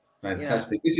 Fantastic